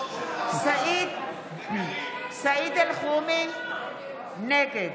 סעיד אלחרומי, נגד